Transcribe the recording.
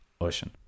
ocean